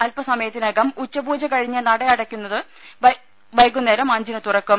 അല്പസമയത്തിനകം ഉച്ച പൂജ കഴിഞ്ഞ് അടയ്ക്കുന്ന നട വൈകുന്നേരം അഞ്ചിന് തുറക്കും